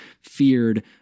feared